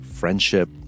friendship